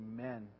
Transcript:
Amen